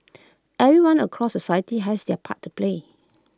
everyone across society has their part to play